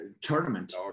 tournament